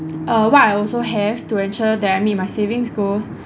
err what I also have to ensure that I meet my savings goals